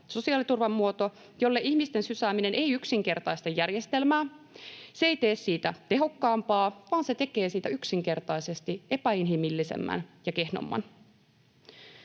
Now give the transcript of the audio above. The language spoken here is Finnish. sosiaaliturvan muoto, jolle ihmisten sysääminen ei yksinkertaista järjestelmää, ei tee siitä tehokkaampaa, vaan tekee siitä yksinkertaisesti epäinhimillisemmän ja kehnomman?